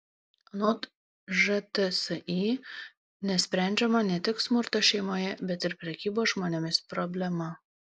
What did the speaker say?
anot žtsi nesprendžiama ne tik smurto šeimoje bet ir prekybos žmonėmis problema